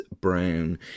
Brown